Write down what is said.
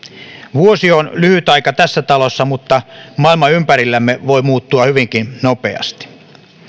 vuosi on lyhyt aika tässä talossa mutta maailma ympärillämme voi muuttua hyvinkin nopeasti